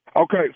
Okay